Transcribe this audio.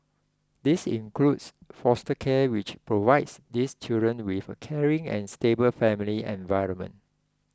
this includes foster care which provides these children with a caring and stable family environment